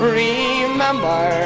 remember